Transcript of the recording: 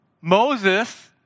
Moses